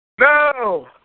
No